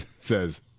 says